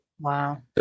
Wow